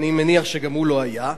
אני מניח שגם הוא לא היה.